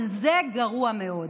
וזה גרוע מאוד.